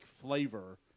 flavor